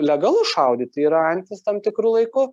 legalu šaudyt yra antis tam tikru laiku